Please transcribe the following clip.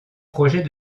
projets